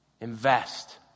invest